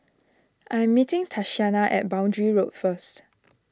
I am meeting Tatiana at Boundary Road first